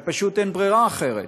אבל פשוט אין ברירה אחרת,